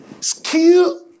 Skill